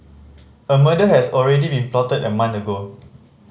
a murder has already been plotted a month ago